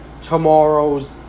tomorrow's